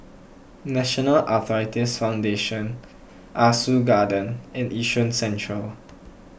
National Arthritis Foundation Ah Soo Garden and Yishun Central